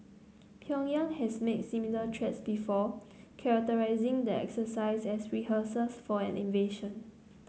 Pyongyang has made similar threats before characterising the exercise as rehearsals for an invasion